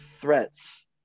threats